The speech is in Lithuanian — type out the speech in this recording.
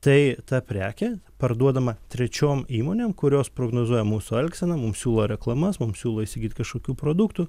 tai ta prekė parduodama trečiom įmonėm kurios prognozuoja mūsų elgseną mum siūlo reklamas mum siūlo įsigyt kažkokių produktų